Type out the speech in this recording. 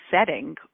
setting